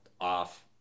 off